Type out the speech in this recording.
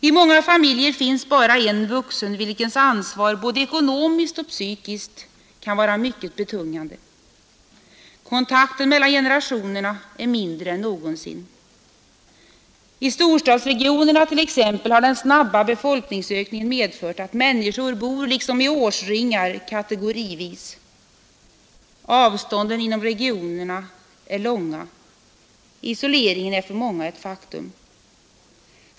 I många familjer finns bara en vuxen, vilkens ansvar både ekonomiskt och psykiskt kan vara mycket betungande. Kontakten mellan generationerna är mindre än någonsin. I storstadsregionerna t.ex. har den snabba befolkningsökningen medfört att människor bor liksom i årsringar kategorivis. Avstånden inom regionerna är långa. Isoleringen är för många ett faktum.